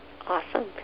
Awesome